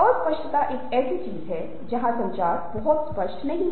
अस्पष्टता एक ऐसी चीज है जहां संचार बहुत स्पष्ट नहीं है